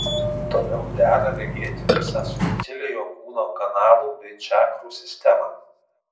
toliau dera regėti visą subtiliojo kūno kanalų bei čakrų sistemą